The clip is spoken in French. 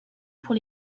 pour